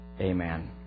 amen